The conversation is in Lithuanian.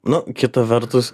nu kita vertus